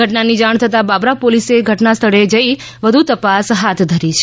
ઘટનાની જાણ થતાં બાબરા પોલીસે ધટના સ્થળે જઈ વધુ તપાસ હાથ ધરી છે